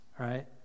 right